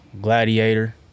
gladiator